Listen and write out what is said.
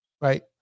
Right